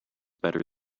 better